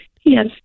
Yes